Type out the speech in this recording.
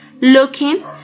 looking